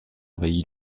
envahi